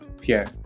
Pierre